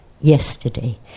yesterday